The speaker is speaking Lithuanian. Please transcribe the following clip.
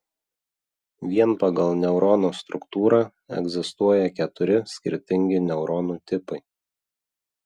vien pagal neurono struktūrą egzistuoja keturi skirtingi neuronų tipai